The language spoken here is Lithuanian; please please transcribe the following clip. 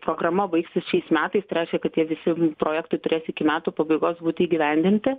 programa baigsis šiais metais tai reiškia kad tie visi projektai turės iki metų pabaigos būti įgyvendinti